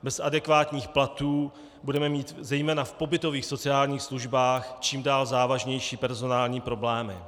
Bez adekvátních platů budeme mít zejména v pobytových sociálních službách čím dál závažnější personální problémy.